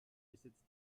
besitzt